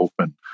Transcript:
open